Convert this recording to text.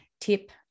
tip